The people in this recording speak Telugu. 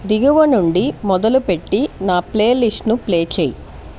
దిగువ నుండి మొదలుపెట్టి నా ప్లేలిస్ట్ను ప్లే చేయి